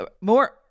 more